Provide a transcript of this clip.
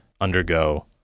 undergo